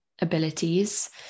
abilities